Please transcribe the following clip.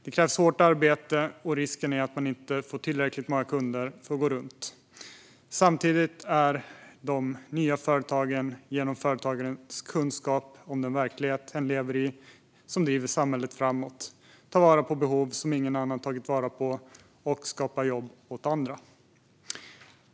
Det krävs hårt arbete, och risken är att man inte får tillräckligt många kunder för att gå runt. Samtidigt är det de nya företagen som genom företagarens kunskap om den verklighet hen lever i driver samhället framåt, tar vara på behov som ingen annan tagit vara på och skapar jobb åt andra.